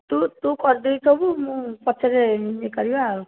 ତୁ ତୁ କରିଦେଇଥିବୁ ମୁଁ ପଛରେ ଇଏ କରିବା ଆଉ